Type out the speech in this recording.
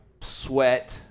sweat